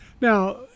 Now